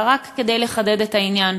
אלא רק כדי לחדד את העניין.